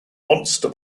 monster